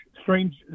strange